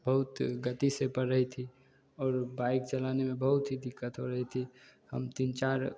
बहुत गति से पड़ रही थी और बाइक चलाने में बहुत ही दिक्कत हो रही थी हम तीन चार